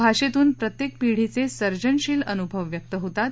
भाषेतून प्रत्येक पीढीचे सर्जनशील अनुभव व्यक्त होतात